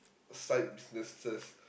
side businesses